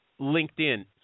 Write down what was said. linkedin